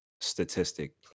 statistic